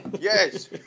Yes